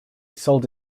sold